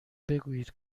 بگویید